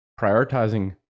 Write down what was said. prioritizing